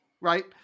Right